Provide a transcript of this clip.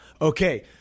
Okay